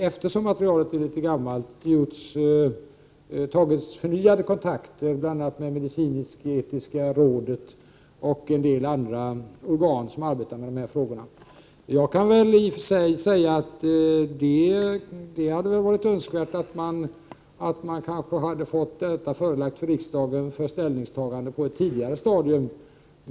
Eftersom materialet är litet gammalt har sedan förnyade kontakter tagits bl.a. med medicinsk-etiska rådet och en del andra organ som arbetar med dessa frågor. Jag kan i och för sig säga att det hade varit önskvärt att få detta ärende förelagt riksdagen för ställningstagande på ett tidigare stadium.